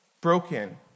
broken